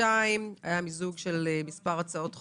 היה מיזוג של מספר הצעות חוק,